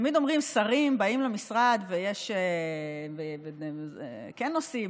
תמיד אומרים ששרים באים למשרד וכן עושים,